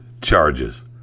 charges